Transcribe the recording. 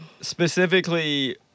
Specifically